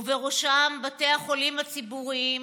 ובראשם בתי החולים הציבוריים,